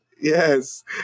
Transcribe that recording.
yes